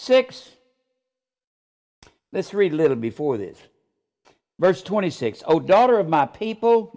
six the three little before this verse twenty six so daughter of my people